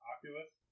Oculus